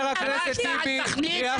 מה שתע"ל תחליט אנחנו